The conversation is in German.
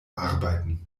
arbeiten